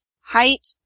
Height